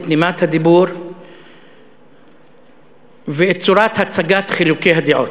את נימת הדיבור ואת צורת הצגת חילוקי הדעות.